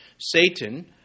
Satan